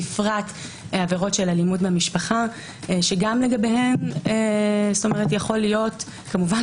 בפרט עבירות של אלימות במשפחה שגם לגביהן יכול להיות כמובן